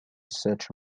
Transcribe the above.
such